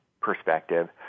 perspective